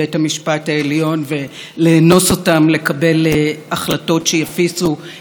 אותם לקבל החלטות שיפיסו את דעתה של פוליטיקאית אחת,